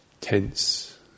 tense